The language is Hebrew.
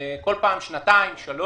בכל פעם לשנתיים-שלוש,